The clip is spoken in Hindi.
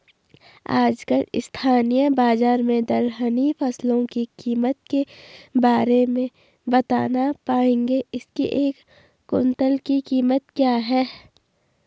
आजकल स्थानीय बाज़ार में दलहनी फसलों की कीमत के बारे में बताना पाएंगे इसकी एक कुन्तल की कीमत क्या है?